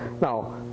Now